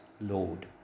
Lord